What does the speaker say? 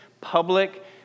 public